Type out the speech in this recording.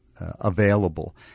available